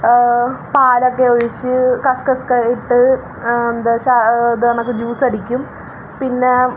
പാലൊക്കെ ഒഴിച്ച് കസ്കസൊക്കെ ഇട്ട് എന്താ ഇത് പറഞ്ഞ കണക്ക് ജ്യൂസടിക്കും പിന്നേ